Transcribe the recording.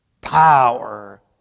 power